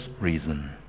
reason